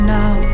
now